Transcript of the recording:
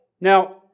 Now